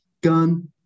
Gun